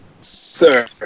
Sir